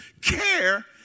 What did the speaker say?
Care